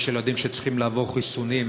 יש ילדים שצריכים לעבור חיסונים,